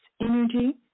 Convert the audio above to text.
energy